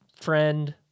friend